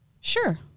Sure